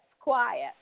quiet